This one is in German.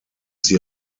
sie